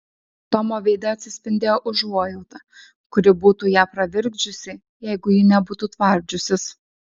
tomo veide atsispindėjo užuojauta kuri būtų ją pravirkdžiusi jeigu ji nebūtų tvardžiusis